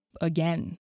again